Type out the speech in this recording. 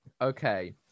Okay